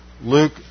Luke